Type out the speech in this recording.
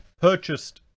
purchased